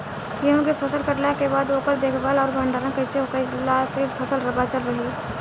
गेंहू के फसल कटला के बाद ओकर देखभाल आउर भंडारण कइसे कैला से फसल बाचल रही?